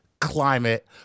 climate